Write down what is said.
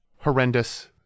horrendous